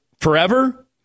forever